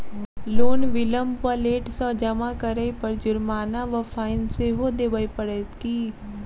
Loan विलंब वा late सँ जमा करै पर जुर्माना वा फाइन सेहो देबै पड़त की?